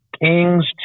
Kings